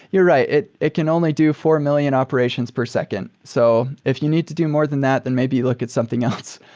you're right. it it can only do four million operations per second. so if you need to do more than that, then maybe look at something else.